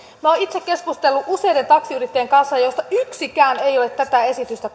olen itse keskustellut useiden taksiyrittäjien kanssa joista yksikään ei ole tätä esitystä